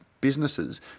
businesses